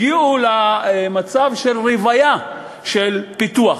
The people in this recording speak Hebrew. הגיעו למצב של רוויה של פיתוח.